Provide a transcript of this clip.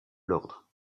lord